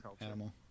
animal